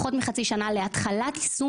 אנחנו נמצאים פחות מחצי שנה להתחלת יישום